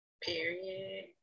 period